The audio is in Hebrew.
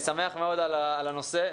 על הנושא.